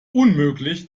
unmöglich